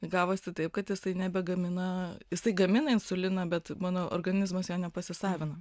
gavosi taip kad jisai nebegamina jisai gamina insuliną bet mano organizmas jo nepasisavina